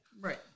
Right